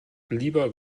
lieber